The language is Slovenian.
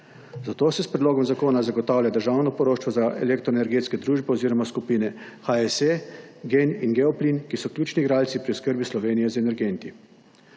Zato se s predlogom zakona zagotavlja državno poroštvo za elektroenergetske družbe oziroma skupine HSE, Gen energije in Geoplin, ki so ključni igralci pri oskrbi Slovenije z energenti.